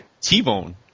T-Bone